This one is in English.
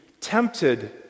tempted